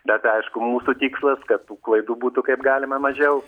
bet aišku mūsų tikslas kad tų klaidų būtų kaip galima mažiau